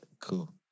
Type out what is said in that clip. cool